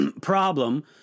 problem